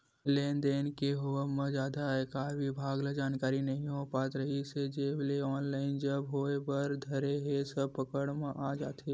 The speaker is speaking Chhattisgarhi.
नगदी लेन देन के होवब म जादा आयकर बिभाग ल जानकारी नइ हो पात रिहिस हे जब ले ऑनलाइन सब होय बर धरे हे सब पकड़ म आ जात हे